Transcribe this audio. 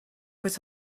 but